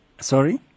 Sorry